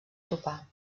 topar